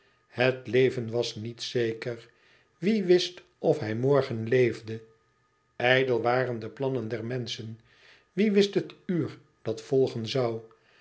het leven was niet zeker wie wist of hij morgen leefde ijdel waren de plannen der menschen wie wist het uur dat volgen zoû